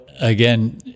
again